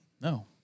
No